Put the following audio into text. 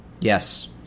Yes